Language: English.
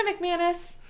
McManus